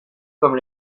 comme